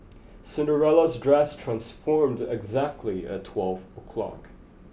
Cinderella's dress transformed exactly at twelve o'clock